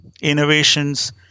innovations